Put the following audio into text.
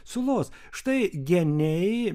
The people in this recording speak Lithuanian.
sulos štai geniai